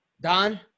Don